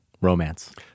romance